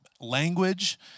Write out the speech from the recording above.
Language